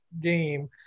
game